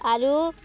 ଆରୁ